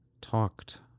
talked